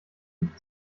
gibt